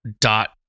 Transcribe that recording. Dot